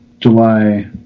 July